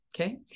okay